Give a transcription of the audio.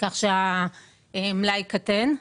כך שהמלאי קטן.